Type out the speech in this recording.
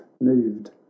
moved